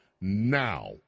now